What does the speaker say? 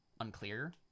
unclear